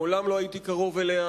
מעולם לא הייתי קרוב אליה,